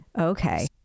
Okay